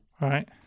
Right